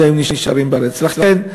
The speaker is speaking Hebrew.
לכן,